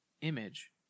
image